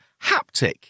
Haptic